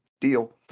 deal